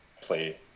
play